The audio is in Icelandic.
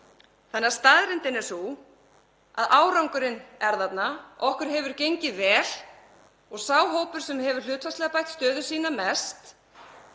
hópa. Staðreyndin er sú að árangurinn er þarna, okkur hefur gengið vel og þeir hópar sem hafa hlutfallslega bætt stöðu sína mest